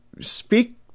Speak